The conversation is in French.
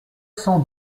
cent